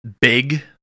big